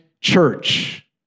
church